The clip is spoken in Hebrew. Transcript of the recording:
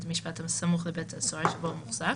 משפט הסמוך לבית הסוהר שבו הוא מוחזק,